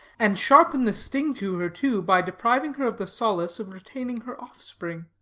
and sharpen the sting to her, too, by depriving her of the solace of retaining her offspring.